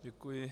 Děkuji.